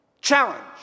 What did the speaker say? challenge